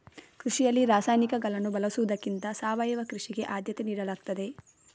ಕೃಷಿಯಲ್ಲಿ ರಾಸಾಯನಿಕಗಳನ್ನು ಬಳಸುವುದಕ್ಕಿಂತ ಸಾವಯವ ಕೃಷಿಗೆ ಆದ್ಯತೆ ನೀಡಲಾಗ್ತದೆ